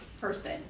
person